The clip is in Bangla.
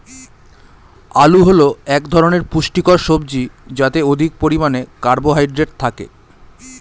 আলু হল এক ধরনের পুষ্টিকর সবজি যাতে অধিক পরিমাণে কার্বোহাইড্রেট থাকে